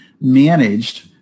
managed